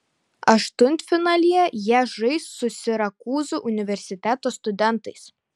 aštuntfinalyje jie žais su sirakūzų universiteto studentais